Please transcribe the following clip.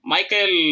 Michael